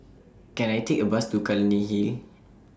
Can I Take A Bus to Clunny Hill